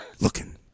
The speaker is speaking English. Looking